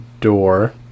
door